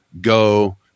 go